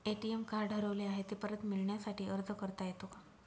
ATM card हरवले आहे, ते परत मिळण्यासाठी अर्ज करता येतो का?